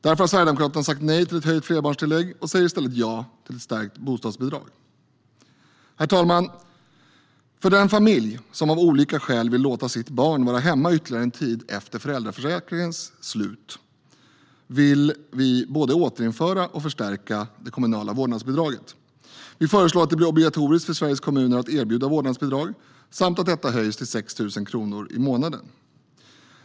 Därför har Sverigedemokraterna sagt nej till höjt flerbarnstillägg och säger i stället ja till ett stärkt bostadsbidrag. Herr talman! För den familj som av olika skäl vill låta sitt barn vara hemma ytterligare en tid efter föräldraförsäkringens slut vill vi både återinföra och förstärka det kommunala vårdnadsbidraget. Vi föreslår att det blir obligatoriskt för Sveriges kommuner att erbjuda vårdnadsbidrag samt att detta höjs till 6 000 kronor i månaden.